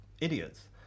idiots